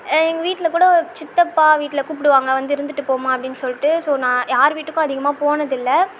எங்கள் வீட்டில் கூட சித்தப்பா வீட்டில் கூப்பிடுவாங்க வந்து இருந்துட்டு போம்மா அப்படின்னு சொல்லிட்டு ஸோ நான் யார் வீட்டுக்கும் அதிகமாக போனதில்லை